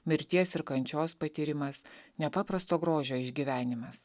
mirties ir kančios patyrimas nepaprasto grožio išgyvenimas